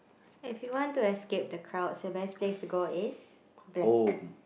if you want to escape the crowds the best place to go is black